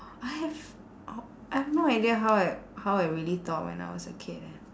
I have ou~ I have no idea how I how I really thought when I was a kid eh